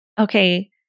okay